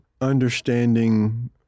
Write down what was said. understanding